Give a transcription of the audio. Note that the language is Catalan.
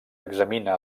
examina